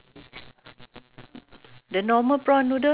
two block two one something eh